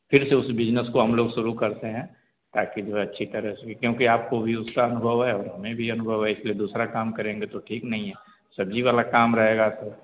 फिर से उस बिजनस को हम लोग शुरु करते हैं ताकि जो है अच्छी तरह से भी क्योंकि आपको भी उसका अनुभव है और हमे भी अनुभव है इसलिए दूसरा काम करेंगे तो ठीक नहीं है सब्ज़ी वाला काम रहेगा तो